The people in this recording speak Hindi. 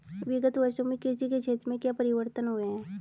विगत वर्षों में कृषि के क्षेत्र में क्या परिवर्तन हुए हैं?